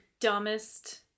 dumbest